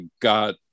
got